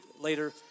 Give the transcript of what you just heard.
later